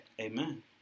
Amen